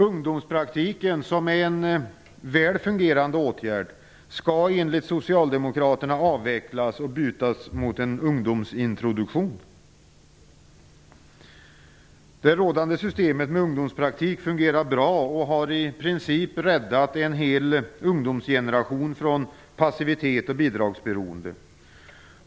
Ungdomspraktiken, som är en väl fungerande åtgärd, skall enligt socialdemokraterna avvecklas och bytas ut mot en ungdomsintroduktion. Det rådande systemet med ungdomspraktik fungerar bra och har i princip räddat en hel ungdomsgeneration från passivitet och bidragsberoende.